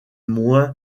moins